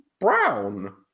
brown